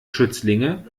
schützlinge